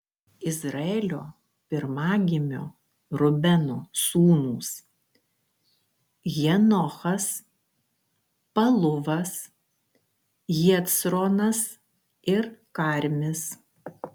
izraelio pirmagimio rubeno sūnūs henochas paluvas hecronas ir karmis